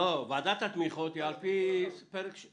ועדת התמיכות - יש